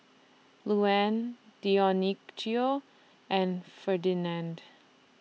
Luanne Dionicio and Ferdinand